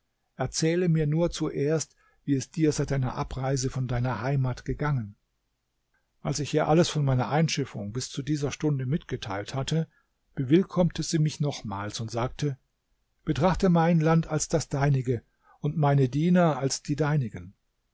erzähle mir nur zuerst wie es dir seit deiner abreise von deiner heimat gegangen als ich ihr alles von meiner einschiffung bis zu dieser stunde mitgeteilt hatte bewillkommte sie mich nochmals und sagte betrachte mein land als das deinige und meine diener als die deinigen